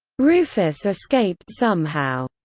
rufus escaped somehow.